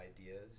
ideas